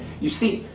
you see,